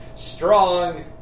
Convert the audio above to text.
Strong